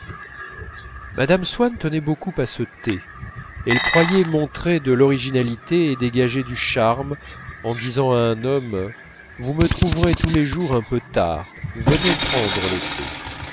mme swann tenait beaucoup à ce thé elle croyait montrer de l'originalité et dégager du charme en disant à un homme vous me trouverez tous les jours un peu tard venez prendre le thé